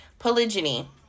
polygyny